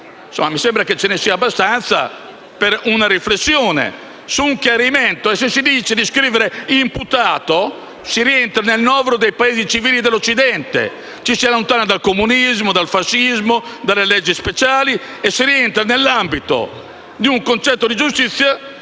Mi sembra che ne ce ne sia abbastanza per una riflessione su un chiarimento. E, se si decide di scrivere la parola «imputato», si rientra nel novero dei Paesi civili dell'Occidente; ci si allontana dal comunismo, dal fascismo, dalle leggi speciali e si rientra nell'ambito di un concetto di giustizia